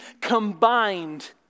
combined